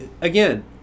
again